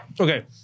Okay